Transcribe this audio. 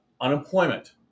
Unemployment